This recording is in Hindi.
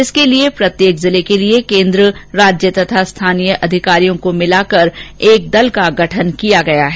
इसके लिए प्रत्येक जिले के लिए केन्द्र राज्य तथा स्थानीय अधिकारियों को मिलाकर एक दल का गठन किया गया है